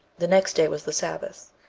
the next day was the sabbath.